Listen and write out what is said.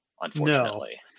Unfortunately